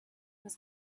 was